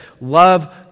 Love